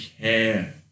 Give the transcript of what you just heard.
care